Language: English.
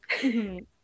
-hmm